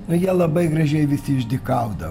nu jie labai gražiai visi išdykaudavo